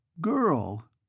Girl